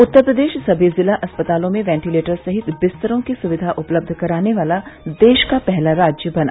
उत्तर प्रदेश सभी जिला अस्पतालों में वेंटीलेटर सहित बिस्तरों की सुविधा उपलब्ध कराने वाला देश का पहला राज्य बना